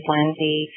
Lindsay